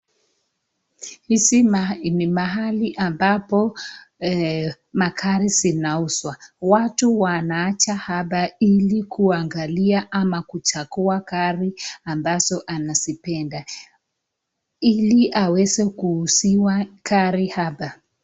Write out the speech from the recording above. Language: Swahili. Hizi ni mahali ambapo magari zinauzwa watu wanaacha hapa, ili kuangalia amakuchagua gari ambazo anazipenda ilikuuziwa gari hapa.